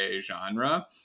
genre